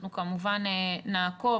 אנחנו כמובן נעקוב.